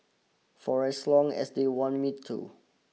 for as long as they want me to